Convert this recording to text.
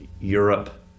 europe